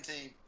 team